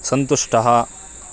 सन्तुष्टः